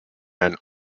and